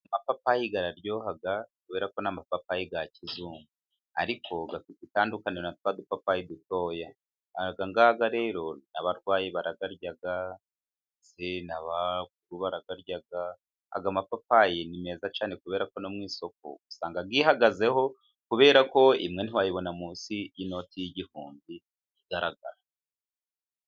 Amapapayi araryoha kubera ko ni amapapayi ya kizungu. Ariko afite itandukaniro na twa dupapayi dutoya. Aya ngaya rero n'abarwayi barayarya ndetse n'abakuru barayarya. Aya mapapayi ni meza cyane kubera ko no mu isoko usanga yihagazeho, kubera ko imwe ntiwayibona munsi y'inoti y'igihumbi, igaragara.